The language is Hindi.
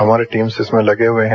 हमारे टीम्स इसमें लगे हुए हैं